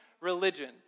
religion